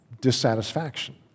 dissatisfaction